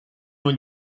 ull